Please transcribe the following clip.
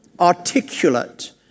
articulate